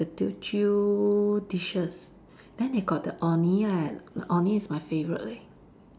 the Teochew dishes then they got the orh nee eh the orh nee is my favourite leh